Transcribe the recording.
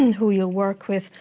who you'll work with,